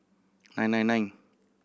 nine nine nine